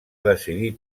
decidir